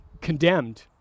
condemned